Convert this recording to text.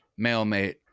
mailmate